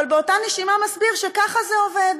אבל באותה נשימה מסביר שככה זה עובד.